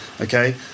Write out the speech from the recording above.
okay